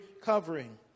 covering